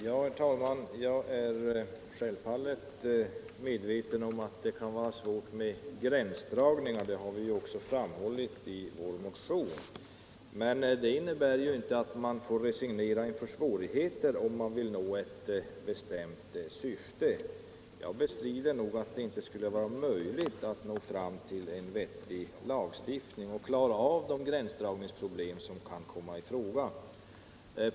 Herr talman! Jag är självfallet medveten om att det kan vara svårt med gränsdragningar. Det har vi också framhållit i vår motion. Men det innebär inte att man får resignera inför svårigheten, om man vill nå ett bestämt syfte. Jag bestrider att det inte skulle vara möjligt att nå fram till en vettig lagstiftning och klara av de gränsdragningsproblem som kan komma i fråga.